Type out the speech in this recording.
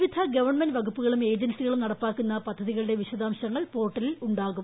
വിവിധ ഗവൺമെന്റ് വകുപ്പുകളും ഏജൻസികളും നടപ്പാക്കുന്ന പദ്ധതികളുടെ വിശദാംശങ്ങൾ പോർട്ടലിൽ ഉണ്ടാകും